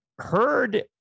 heard